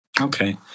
Okay